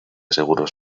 seguros